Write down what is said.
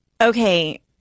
Okay